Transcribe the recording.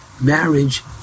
marriage